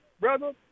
brother